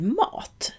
mat